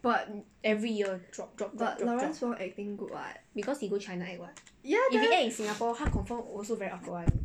every year drop drop drop drop because he go china act what if he act in singapore confirm also very awkward [one]